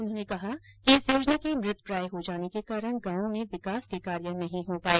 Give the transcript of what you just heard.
उन्होंने कहा कि इस योजना के मृतप्रायः हो जाने के कारण गांवों में विकास के कार्य नहीं हो पाए